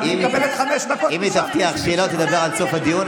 והיא מקבלת חמש דקות --- אם היא תבטיח שהיא לא תדבר עד סוף הדיון,